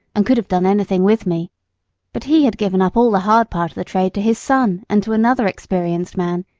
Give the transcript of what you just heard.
and could have done anything with me but he had given up all the hard part of the trade to his son and to another experienced man,